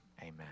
Amen